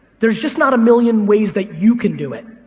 there's just not a million ways that you can do it,